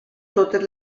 totes